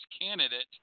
candidate